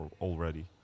already